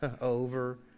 over